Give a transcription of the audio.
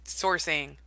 sourcing